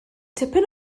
tipyn